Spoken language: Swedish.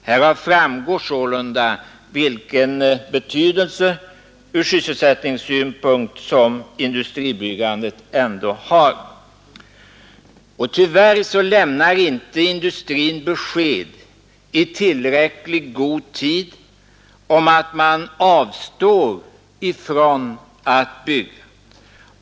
Härav framgår sålunda vilken betydelse ur sysselsättningssynpunkt som industribyggandet ändå har. Tyvärr lämnar inte industrin besked i tillräckligt god tid om att man avstår från att bygga.